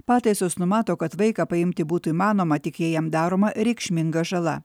pataisos numato kad vaiką paimti būtų įmanoma tik jei jam daroma reikšminga žala